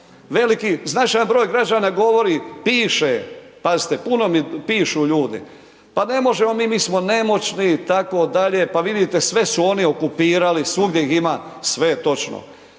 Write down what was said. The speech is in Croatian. Veliki, značajan broj građana govori, piše, pazite puno mi pišu ljudi, pa ne možemo mi, mi smo nemoćni itd., pa vidite sve su oni okupirali, svugdje ih ima, sve je točno.